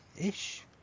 ish